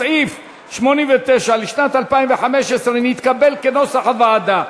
סעיף 89, לשנת 2016, נתקבל כנוסח הוועדה.